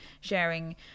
sharing